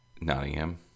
Nottingham